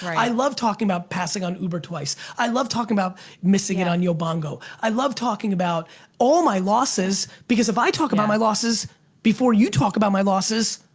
i love talking about passing on uber twice. i love talking about missing it on yobongo. i love talking about all my losses because if i talk about my losses before you talk about my losses,